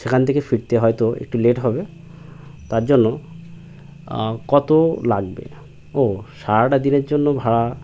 সেখান থেকে ফিরতে হয়তো একটু লেট হবে তার জন্য কত লাগবে ও সারাটা দিনের জন্য ভাড়া